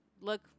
look